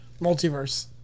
multiverse